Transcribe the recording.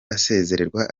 asezererwa